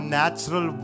natural